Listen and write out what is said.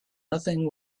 nothing